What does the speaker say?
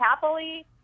happily